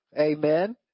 Amen